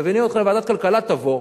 מזמינים אותך לוועדת כלכלה, תבוא,